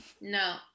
No